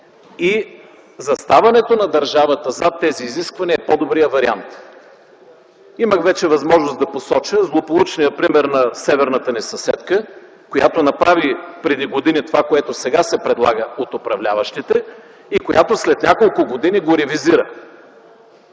и заставането на държавата зад тези изисквания е по-добрият вариант. Имах вече възможност да посоча злополучния пример на северната ни съседка, която преди години направи това, което се предлага от управляващите сега, и която след няколко години го ревизира.